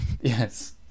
Yes